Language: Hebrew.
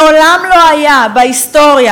מעולם לא היה בהיסטוריה,